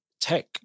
tech